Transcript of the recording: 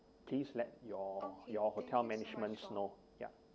please let your your hotel managements know